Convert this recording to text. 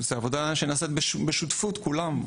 זו עבודה שנעשית בשותפות כולם,